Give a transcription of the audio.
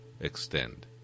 extend